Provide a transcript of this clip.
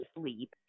sleep